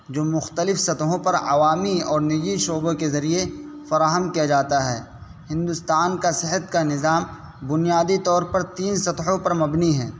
جو مختلف سطحوں پر عوامی اور نجی شعبوں کے ذریعے فراہم کیا جاتا ہے ہندوستان کا صحت کا نظام بنیادی طور پر تین سطحوں پر مبنی ہیں